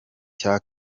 cya